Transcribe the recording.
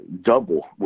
double